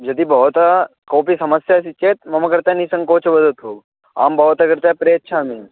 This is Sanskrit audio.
यदि भवता कोऽपि समस्या अस्ति चेत् मम कृते निसङ्कोचं वदतु अहं भवतः कृते प्रेषयामि